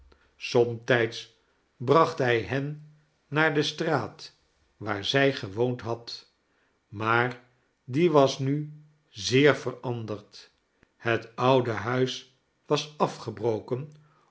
somtijds bracht hij hen naar de straat waar zij gewoond had maar die was nu zeer veranderd het oude huis was afgebroken